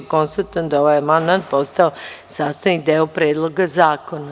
Konstatujem da je ovaj amandman postao sastavni deo Predloga zakona.